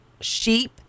sheep